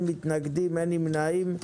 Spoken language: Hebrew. אין מתנגדים, אין נמנעים.